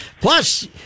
Plus